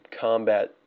combat